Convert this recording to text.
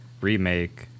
remake